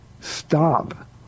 stop